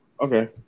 okay